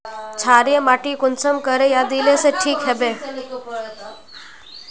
क्षारीय माटी कुंसम करे या दिले से ठीक हैबे?